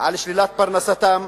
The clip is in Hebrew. על שלילת פרנסתם,